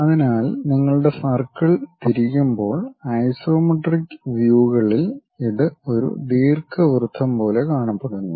അതിനാൽ നിങ്ങളുടെ സർക്കിൾ തിരിക്കുമ്പോൾ ഐസോമെട്രിക് വ്യൂകളിൽ ഇത് ഒരു ദീർഘവൃത്തം പോലെ കാണപ്പെടുന്നു